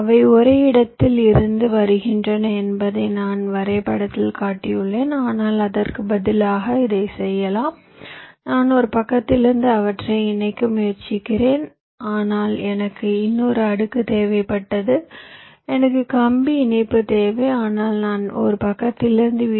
அவை ஒரே இடத்தில் இருந்து வருகின்றன என்பதை நான் வரைபடத்தில் காட்டியுள்ளேன் ஆனால் அதற்கு பதிலாக இதை செய்யலாம் நான் ஒரு பக்கத்திலிருந்து அவற்றை இணைக்க முயற்சிக்கிறேன் அதனால் எனக்கு இன்னொரு அடுக்கு தேவைப்பட்டது எனக்கு கம்பி இணைப்பு தேவை ஆனால் நான் ஒரு பக்கத்திலிருந்து வி